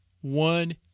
One